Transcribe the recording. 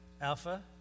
Alpha